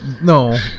no